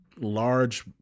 large